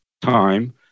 time